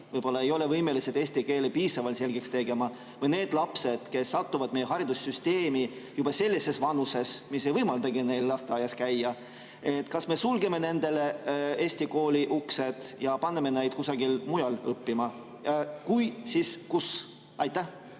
võib-olla ei ole võimelised eesti keelt piisavalt selgeks saama, või nende lastega, kes satuvad meie haridussüsteemi juba sellises vanuses, mis ei võimalda neil lasteaias käia? Kas me sulgeme nendele eesti kooli uksed ja paneme nad kusagile mujal õppima? Kui jah, siis kuhu? Aitäh,